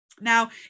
Now